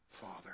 Father